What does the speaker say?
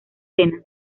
cena